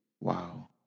Wow